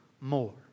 more